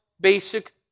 basic